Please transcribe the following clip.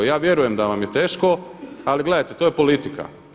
Ja vjerujem da vam je teško ali gledajte, to je politika.